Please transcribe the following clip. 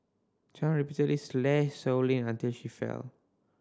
Chan repeatedly slashed Sow Lin until she fell